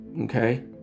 okay